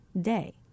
day